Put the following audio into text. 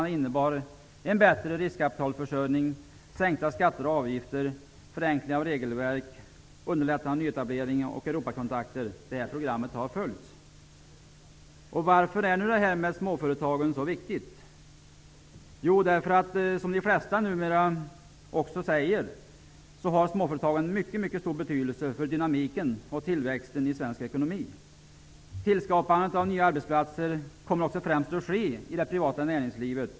Det innebar bl.a. en bättre riskkapitalförsörjning, sänkta skatter och avgifter, förenkling av regelverk och underlättande av nyetablering och Varför är detta med småföretagen så viktigt? Jo, därför att småföretagen har en mycket stor betydelse för dynamiken och tillväxten i svensk ekonomi. Detta håller numera de flesta med om. Tillskapandet av nya arbetsplatser kommer främst att ske i det privata näringslivet.